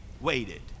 waited